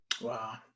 Wow